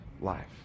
life